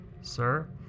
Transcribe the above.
Sir